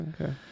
Okay